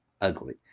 ugly